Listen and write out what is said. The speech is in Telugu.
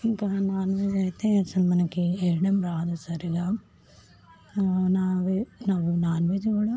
ఇంకా నాన్ వెజ్ అయితే అసలు మనకి వేయడం రాదు సరిగా నాన్ వెజ్ కూడా